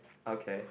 okay